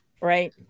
Right